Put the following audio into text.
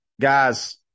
Guys